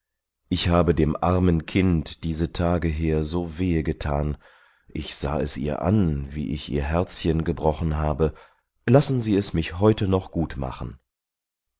ich habe dem armen kind diese tage her so wehe getan ich sah es ihr an wie ich ihr herzchen gebrochen habe lassen sie es mich heute noch gut machen